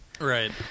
right